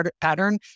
pattern